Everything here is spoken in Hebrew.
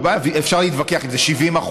ואפשר להתווכח אם זה 70%,